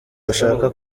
ashaka